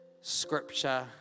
Scripture